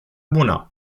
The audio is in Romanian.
bună